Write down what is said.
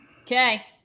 Okay